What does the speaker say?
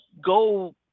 go